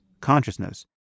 consciousness